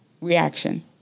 reaction